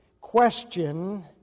question